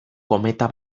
kometa